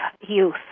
youth